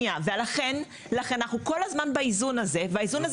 לכן אנחנו כל הזמן באיזון הזה והאיזון הזה,